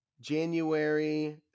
January